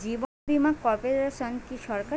জীবন বীমা কর্পোরেশন কি সরকারি?